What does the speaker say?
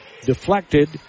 Deflected